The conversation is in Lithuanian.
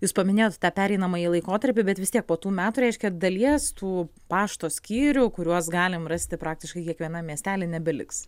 jūs paminėjot tą pereinamąjį laikotarpį bet vis tiek po tų metų reiškia dalies tų pašto skyrių kuriuos galim rasti praktiškai kiekvienam miestely nebeliks